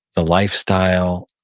the lifestyle,